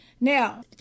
Now